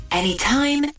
anytime